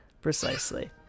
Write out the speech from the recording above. Precisely